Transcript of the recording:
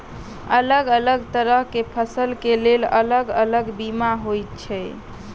अलग अलग तरह केँ फसल केँ लेल अलग अलग बीमा होइ छै?